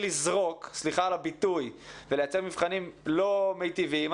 לזרוק סליחה על הביטוי ולייצר מבחנים לא מיטיבים,